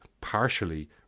partially